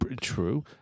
True